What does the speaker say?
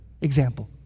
Example